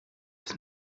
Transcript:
his